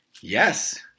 Yes